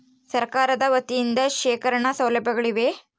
ಸರಕಾರದ ವತಿಯಿಂದ ಶೇಖರಣ ಸೌಲಭ್ಯಗಳಿವೆಯೇ?